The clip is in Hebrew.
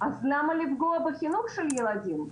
אז למה לפגוע בחינוך של הילדים?